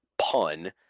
pun